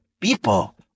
people